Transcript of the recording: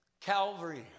Calvary